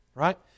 right